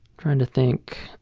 trying to think.